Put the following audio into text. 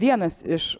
vienas iš